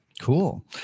Cool